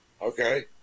Okay